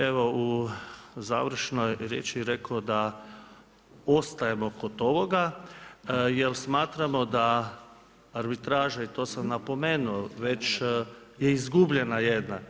Evo u završnoj riječi rekao da ostajemo kod ovoga jel smatramo da arbitraža i to sam napomenuo već je izguljena jedna.